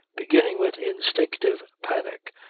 beginning with instinctive panic,